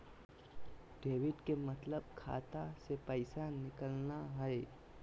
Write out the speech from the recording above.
debit के मतलब खाता से पैसा निकलना हय